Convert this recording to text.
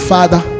Father